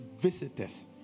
visitors